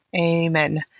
amen